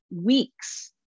weeks